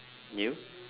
do you